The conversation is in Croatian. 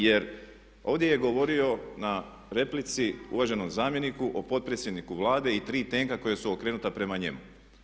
Jer ovdje je govorio na replici uvaženom zamjeniku o potpredsjedniku Vlade i tri tenka koja su okrenuta prema njemu.